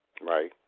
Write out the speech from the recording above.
Right